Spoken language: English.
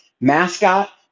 mascot